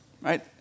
Right